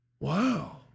Wow